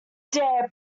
dare